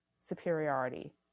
superiority